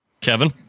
Kevin